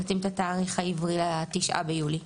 נתאים את התאריך העברי ל-9 ביולי.